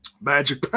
magic